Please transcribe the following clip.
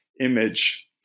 image